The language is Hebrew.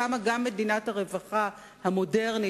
קמה גם מדינת הרווחה המודרנית,